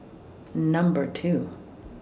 Number two